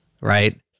right